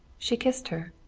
she kissed her.